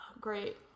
great